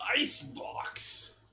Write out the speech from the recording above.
Icebox